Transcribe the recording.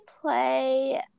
play